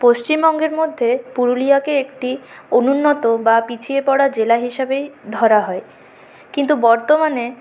পশ্চিমবঙ্গের মধ্যে পুরুলিয়াকে একটি অনুন্নত বা পিছিয়ে পরা জেলা হিসাবেই ধরা হয় কিন্তু বর্তমানে